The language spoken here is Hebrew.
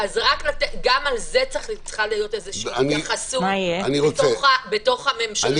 גם לזה צריכה להיות התייחסות בתוך הממשלה,